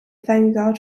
vanguard